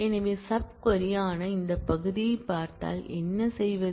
எனவே subquery ஆன இந்த பகுதியைப் பார்த்தால் என்ன செய்வது